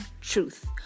truth